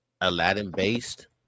Aladdin-based